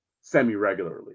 semi-regularly